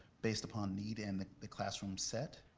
based upon need and the the classroom set,